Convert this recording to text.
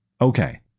okay